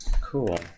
Cool